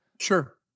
Sure